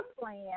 plan